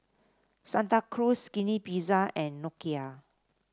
Santa Cruz Skinny Pizza and Nokia